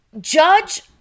judge